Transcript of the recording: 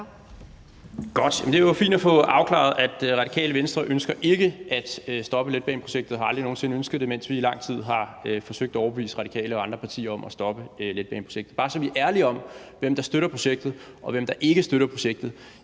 det er jo fint at få afklaret, at Radikale Venstre ikke ønsker at stoppe letbaneprojektet og aldrig nogen sinde har ønsket det, mens vi i lang tid har forsøgt at overbevise Radikale og andre partier om, at vi skal stoppe letbaneprojektet. Det er bare, så vi er ærlige om, hvem der støtter projektet, og hvem der ikke støtter projektet,